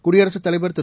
குடியரசுத் தலைவர் திரு